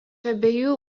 abiejų